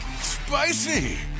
Spicy